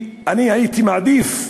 אני הייתי מעדיף,